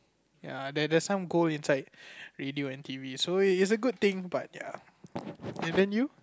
ya there's there's some gold radio and T_V so it's a good thing but ya didn't you